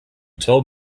told